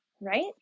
right